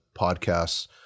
podcasts